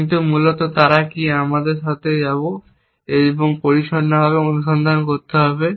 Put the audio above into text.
কিন্তু মূলত তারা কি আমি তাদের কাছে যাবো পরিচ্ছন্নভাবে অনুসন্ধান করতে হবে